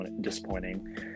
disappointing